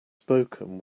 spoken